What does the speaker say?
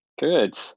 Good